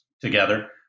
together